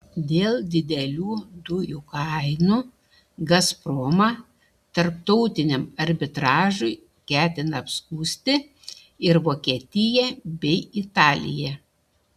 dėl didelių dujų kainų gazpromą tarptautiniam arbitražui ketina apskųsti ir vokietija bei italija